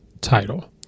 title